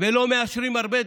ולא מאשרים הרבה דברים.